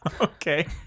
Okay